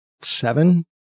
seven